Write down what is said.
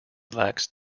lacks